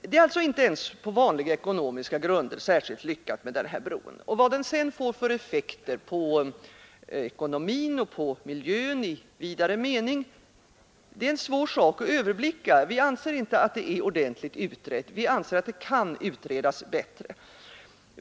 Bron är alltså inte ens på vanliga ekonomiska grunder särskilt lyckad. Vad den sedan får för effekter på ekonomi och miljö i vidare mening är givetvis en svår sak att överblicka. Vi anser att det kan utredas bättre.